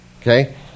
Okay